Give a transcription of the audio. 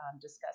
discuss